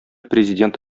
президент